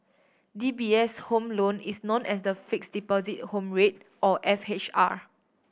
D B S Home Loan is known as the Fixed Deposit Home Rate or F H R